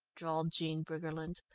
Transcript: drawled jean briggerland,